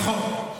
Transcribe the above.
נכון.